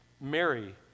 Mary